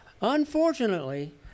unfortunately